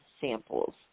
samples